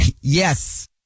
Yes